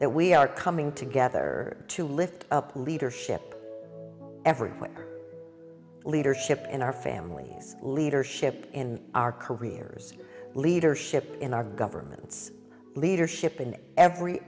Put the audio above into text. that we are coming together to lift up leadership everywhere leadership in our families leadership in our careers leadership in our governments leadership in every